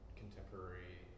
contemporary